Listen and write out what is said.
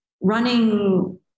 running